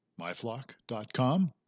myflock.com